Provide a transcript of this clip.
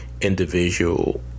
individual